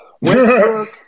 Westbrook